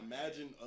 Imagine